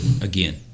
again